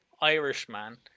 Irishman